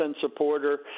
supporter